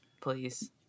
please